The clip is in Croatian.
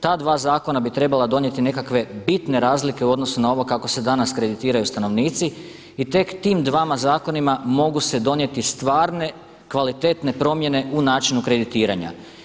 Ta dva zakona bi trebala donijeti nekakve bitne razlike u odnosu na ovo kako se danas kreditiraju stanovnici i tek tima dvama zakonima mogu se donijeti stvarne kvalitetne promjene u načinu kreditiranja.